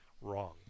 wrong